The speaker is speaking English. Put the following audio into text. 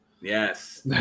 yes